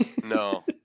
No